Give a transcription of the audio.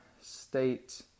state